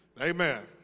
Amen